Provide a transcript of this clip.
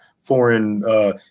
foreign